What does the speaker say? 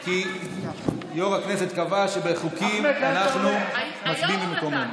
כי יו"ר הכנסת קבע שבחוקים אנחנו מצביעים ממקומנו.